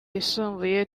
yisumbuye